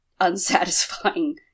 unsatisfying